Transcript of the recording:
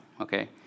okay